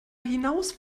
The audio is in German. hinaus